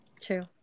True